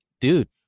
dude